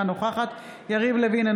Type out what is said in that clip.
אינה נוכחת יריב לוין,